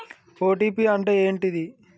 OTP అంటే ఏంటిది?